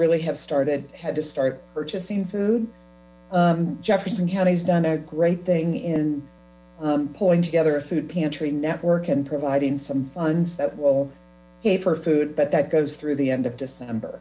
really have started had to start purchasing food jefferson county has done a great thing in pulling together a food pantry network and providing some funds that will pay for food but that goes through the end of december